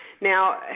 Now